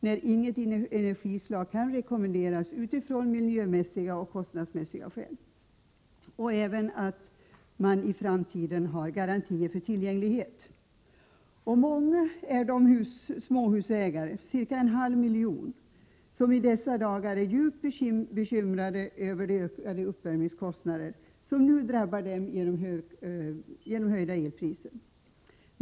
Det finns inget energislag som kan rekommenderas av miljömässiga och kostnadsmässiga skäl. Man måste även ha garantier för tillgängligheten i framtiden. Det är många småhusägare, cirka en halv miljon, som i dessa dagar är djupt bekymrade över de ökade uppvärmningskostnader som nu drabbar dem på grund av de höjda elpriserna.